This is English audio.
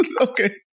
okay